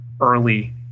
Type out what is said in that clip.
early